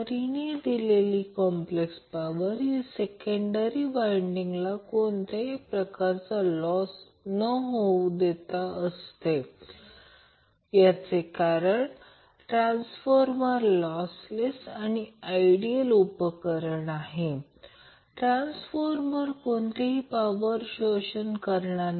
आणि हे दोन कॅपेसिटर सीरिजमध्ये आहेत म्हणजे ते पॅरलेल इन सीरिज रेझिस्टन्स मिळवण्याच्या समतुल्य आहे